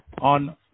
on